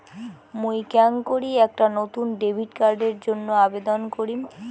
মুই কেঙকরি একটা নতুন ডেবিট কার্ডের জন্য আবেদন করিম?